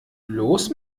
los